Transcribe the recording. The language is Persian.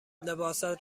لباست